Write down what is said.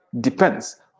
depends